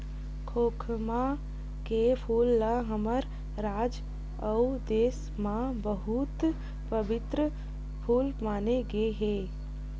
खोखमा के फूल ल हमर राज अउ देस म बहुत पबित्तर फूल माने गे हे